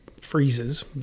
freezes